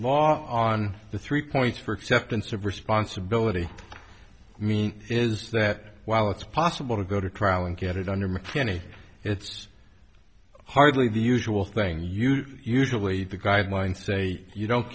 law on the three points for acceptance of responsibility i mean is that while it's possible to go to trial and get it under mckinney it's hardly the usual thing you usually the guidelines say you don't